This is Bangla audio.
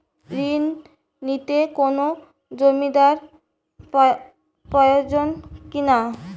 ঋণ নিতে কোনো জমিন্দার প্রয়োজন কি না?